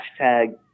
hashtag